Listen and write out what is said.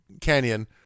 Canyon